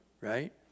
right